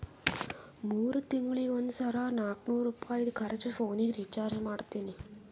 ಮೂರ್ ತಿಂಗಳಿಗ ಒಂದ್ ಸರಿ ನಾಕ್ನೂರ್ ರುಪಾಯಿದು ಪೋನಿಗ ರೀಚಾರ್ಜ್ ಮಾಡ್ತೀನಿ